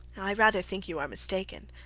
i rather think you are mistaken,